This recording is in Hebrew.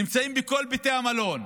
נמצאים בכל בתי המלון,